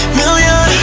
million